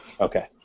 Okay